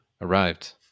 arrived